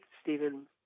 Stephen